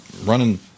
running